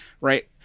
right